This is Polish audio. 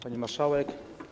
Pani Marszałek!